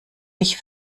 mich